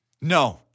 No